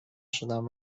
شدم